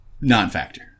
non-factor